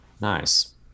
Nice